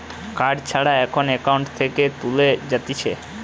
card ছাড়া এখন account থেকে তুলে যাতিছে